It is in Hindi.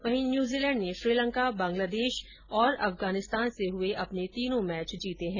वहीं न्यूजीलैण्ड ने श्रीलंका बांग्लादेश और अफगानिस्तान से हुए अपने तीनों मैच जीते है